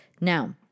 Now